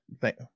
Thank